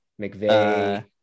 McVeigh